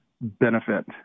benefit